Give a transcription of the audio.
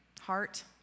heart